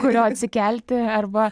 ant kurio atsikelti arba